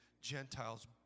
Gentiles